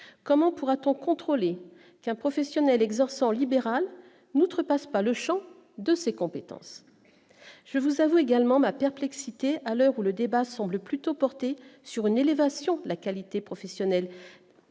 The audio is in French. comment pourra-t-on contrôler qu'un professionnel exerce en libéral n'outrepasse pas le Champ de ses compétences, je vous avoue également ma perplexité à l'heure où le débat semble plutôt porter sur une élévation de la qualité professionnelle